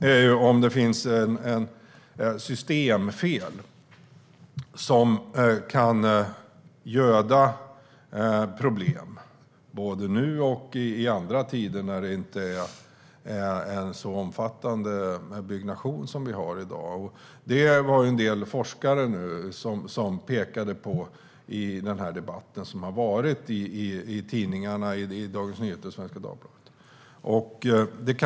Finns det ett systemfel som kan göda problem både nu och i tider då byggandet inte är lika omfattande som i dag? En del forskare har pekat på detta i den debatt som har förts i Dagens Nyheter och Svenska Dagbladet.